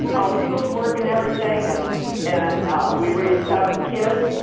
ah field work and everything. and and we raised seven kids.